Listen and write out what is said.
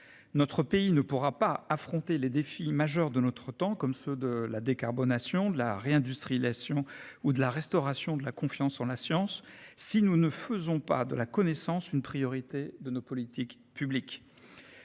notre pays ne pourra pas affronter les défis majeurs de notre temps, comme ceux de la décarbonation de la réindustrialisation ou de la restauration de la confiance en la science si nous ne faisons pas de la connaissance une priorité de nos politiques publiques.